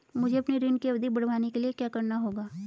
मुझे अपने ऋण की अवधि बढ़वाने के लिए क्या करना होगा?